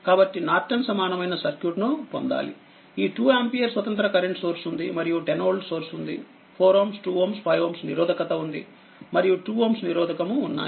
కాబట్టి నార్టన్ సమానమైన సర్క్యూట్ ని పొందాలి ఈ2ఆంపియర్ స్వతంత్ర కరెంట్ సోర్స్ఉంది మరియు10వోల్ట్ సోర్స్వుంది 4Ω 2Ω 5Ω నిరోధకత ఉంది మరియు2Ω నిరోధకము ఉన్నాయి